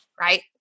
right